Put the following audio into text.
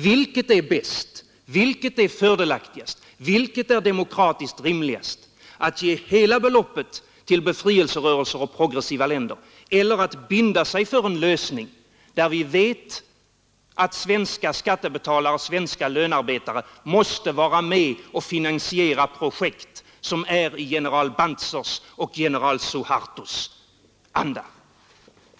Vilket är bäst, vilket är fördelaktigast, vilket är demokratiskt rimligast — att ge hela beloppet till befrielserörelser och progressiva länder eller att binda sig för en lösning som innebär att svenska skattebetalare, svenska lönearbetare måste vara med och finansiera projekt i general Banzers och general Suhartos anda?